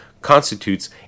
constitutes